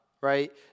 right